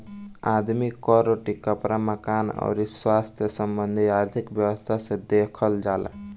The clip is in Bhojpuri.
आदमी कअ रोटी, कपड़ा, मकान अउरी स्वास्थ्य संबंधी आर्थिक व्यवस्था के देखल जाला